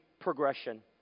progression